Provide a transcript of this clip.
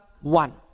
one